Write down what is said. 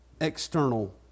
external